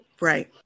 right